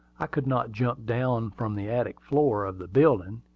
i could not jump down from the attic floor of the building.